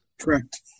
Correct